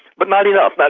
but not enough. but